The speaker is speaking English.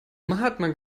mahatma